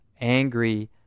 angry